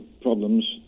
problems